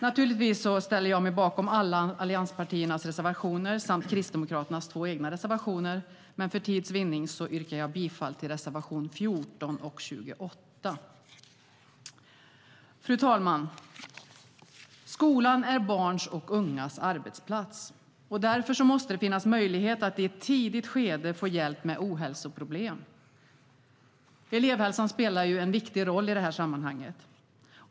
Naturligtvis ställer jag mig bakom alla allianspartiernas reservationer samt Kristdemokraternas två egna reservationer, men för tids vinnande yrkar jag bifall bara till reservation 14 och 28. Fru talman! Skolan är barns och ungas arbetsplats, och därför måste det finnas möjlighet att i ett tidigt skede få hjälp med ohälsoproblem. Elevhälsan spelar en viktig roll i detta sammanhang.